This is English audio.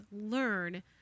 Learn